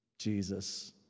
Jesus